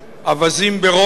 אווזים ברומא,